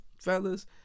fellas